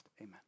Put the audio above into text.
amen